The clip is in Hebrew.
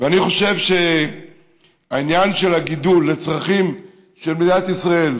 ואני חושב שהעניין של הגידול לצרכים של מדינת ישראל,